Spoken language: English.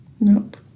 Nope